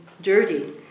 dirty